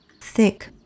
thick